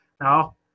Now